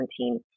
2017